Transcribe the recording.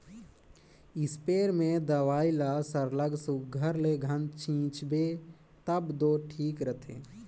spray में दवई ल सरलग सुग्घर ले घन छींचबे तब दो ठीक रहथे